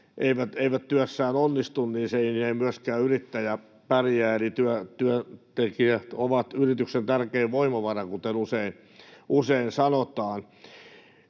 eivät työssään onnistu, jolloin ei myöskään yrittäjä pärjää. Eli työntekijät ovat yrityksen tärkein voimavara, kuten usein sanotaan.